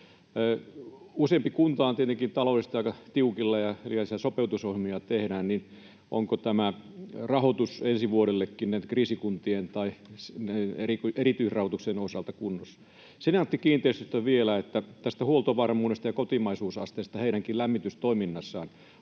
Useampi kunta on tietenkin taloudellisesti aika tiukilla, ja jos sopeutusohjelmia tehdään, niin onko rahoitus ensi vuodellekin kriisikuntien ja erityisrahoituksen osalta kunnossa? Senaatti-kiinteistöistä vielä, huoltovarmuudesta ja kotimaisuusasteesta heidänkin lämmitystoiminnassaan: